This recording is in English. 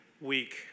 week